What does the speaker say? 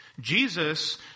Jesus